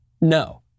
No